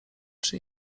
czy